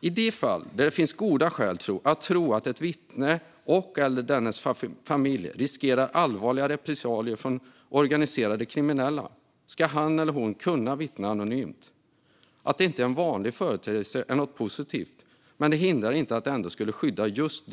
I de fall där det finns goda skäl att tro att ett vittne eller dennes familj riskerar allvarliga repressalier från organiserade kriminella ska han eller hon kunna vittna anonymt. Att det inte är en vanlig företeelse är något positivt. Men det hindrar inte att det ändå skulle skydda just